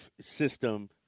system